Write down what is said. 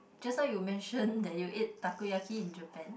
just now you mention that you ate takoyaki in Japan